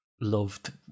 loved